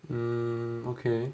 mm okay